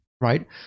right